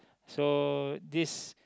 so this